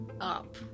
up